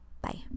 Bye